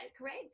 correct